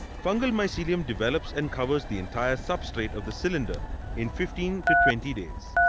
fungal mycelium develops and covers the entire substrate of the cylinder in fifteen to twenty days.